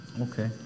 okay